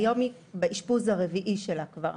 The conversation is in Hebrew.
היום היא כבר באשפוז הרביעי שלה.